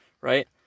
right